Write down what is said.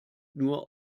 nur